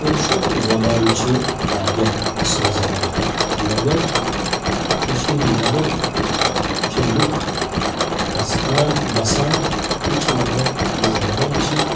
کٲشِر زَبان چھِ واریاہ اَصٕل زَبان مَگر کٔشیٖرِ نؠبَر چھِ لُکھ بَسکان بَسان تِم چھِ وَنان یہِ زَبان چھِ